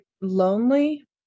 lonely